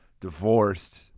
divorced